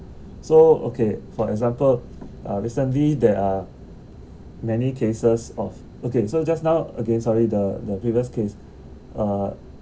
so okay for example uh recently there are many cases of okay so just now again sorry the the previous case uh